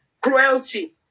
cruelty